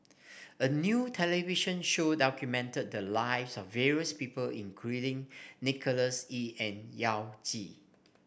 a new television show documented the lives of various people including Nicholas Ee and Yao Zi